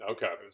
Okay